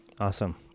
Awesome